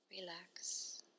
relax